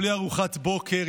בלי ארוחת בוקר,